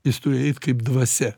jis turi eit kaip dvasia